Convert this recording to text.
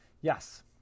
Yes